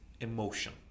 emotion